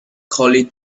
collie